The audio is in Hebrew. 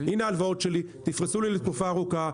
הנה ההלוואות שלי, תפרסו לי לתקופה ארוכה.